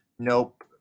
Nope